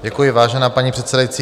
Děkuji, vážená paní předsedající.